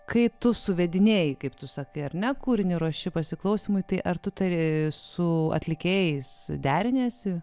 kai tu suvedinėji kaip tu sakai ar ne kūrinį ruoši pasiklausymui tu ar tu tari su atlikėjais deriniesi